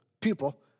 pupil